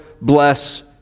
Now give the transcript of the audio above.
bless